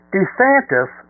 DeSantis